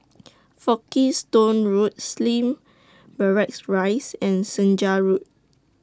Folkestone Road Slim Barracks Rise and Senja Road